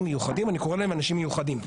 מיוחדים אני קורא להם "אנשים מיוחדים",